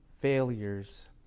failures